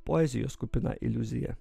poezijos kupina iliuzija